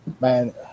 man